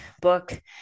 book